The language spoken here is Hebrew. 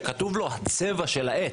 כשכתוב לו הצבע של העט,